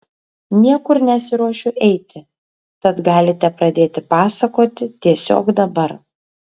niekur nesiruošiu eiti tad galite pradėti pasakoti tiesiog dabar